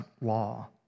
law